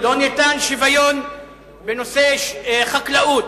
שוויון בנושא חקלאות.